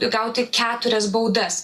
gauti keturias baudas